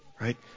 right